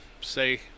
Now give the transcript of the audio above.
say